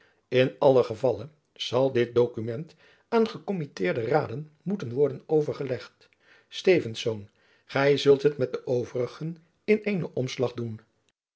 in allen gevalle zal dit dokument aan gekommitteerde raden moeten worden overgelegd stevensz gy zult het met de overigen in eenen omslag doen